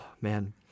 man